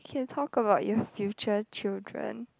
you can talk about your future children